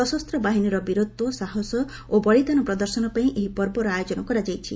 ସଶସ୍ତ ବାହିନୀର ବୀରତ୍ୱ ସାହସ ଓ ବଳୀଦାନ ପ୍ରଦର୍ଶନ ପାଇଁ ଏହି ପର୍ବର ଆୟୋଜନ କରାଯାଇଛି